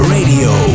Radio